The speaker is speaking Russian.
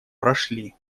прошли